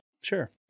Sure